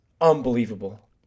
unbelievable